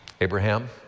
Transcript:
Abraham